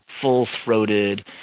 full-throated